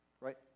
Right